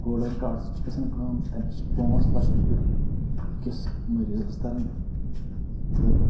golden card سۭتۍ چھِ گژھان کٲم تَمہِ سۭتۍ چھِ پانٛژھ لَچھ رۄپیہِ أکِس مٔریٖزَس تَران تہٕ